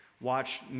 watch